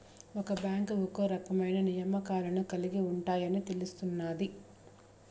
ఒక్క బ్యాంకు ఒక్కో రకమైన నియమాలను కలిగి ఉంటాయని తెలుస్తున్నాది